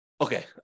Okay